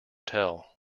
tell